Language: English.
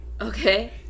Okay